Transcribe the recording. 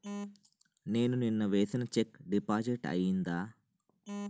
నేను నిన్న వేసిన చెక్ డిపాజిట్ అయిందా?